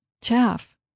chaff